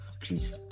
please